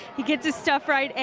he gets his stuff right. and